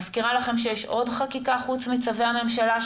אני מזכירה לכם שיש עוד חקיקה חוץ מצווי הממשלה,